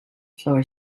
floor